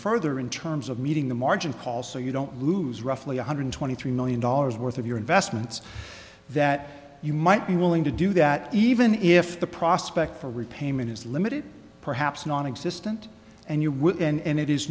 further in terms of meeting the margin calls so you don't lose roughly one hundred twenty three million dollars worth of your investments that you might be willing to do that even if the prospects for repayment is limited perhaps nonexistent and you would and it is